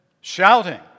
shouting